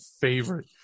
favorite